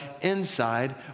inside